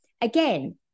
again